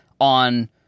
on